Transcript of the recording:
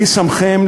מי שמכם,